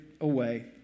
away